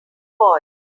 boy